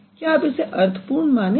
क्या आप इसे अर्थपूर्ण मानेंगे